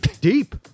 Deep